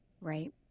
Right